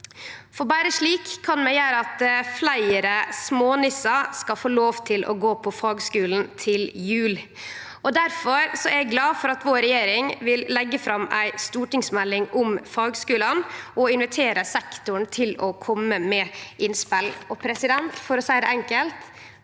Berre slik kan vi gjere at fleire smånissar skal få lov til å gå på fagskulen til jul. Difor er eg glad for at vår regjering vil leggje fram ei stortingsmelding om fagskulane, og invitere sektoren til å kome med innspel.